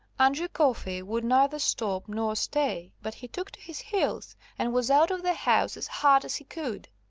andrew coffey would neither stop nor stay, but he took to his heels and was out of the house as hard as he could.